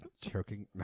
choking